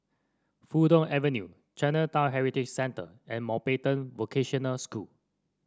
Fulton Avenue Chinatown Heritage Centre and Mountbatten Vocational School